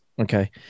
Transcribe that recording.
okay